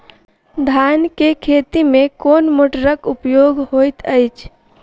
धान केँ खेती मे केँ मोटरक प्रयोग होइत अछि?